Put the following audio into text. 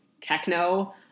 techno